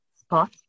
spot